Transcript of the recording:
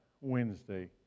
Wednesday